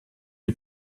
die